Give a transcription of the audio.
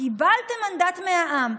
קיבלתם מנדט מהעם,